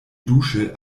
dusche